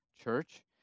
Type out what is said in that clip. church